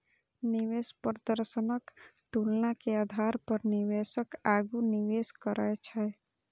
निवेश प्रदर्शनक तुलना के आधार पर निवेशक आगू निवेश करै छै